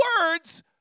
words